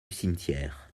cimetière